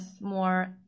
more